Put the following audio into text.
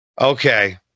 Okay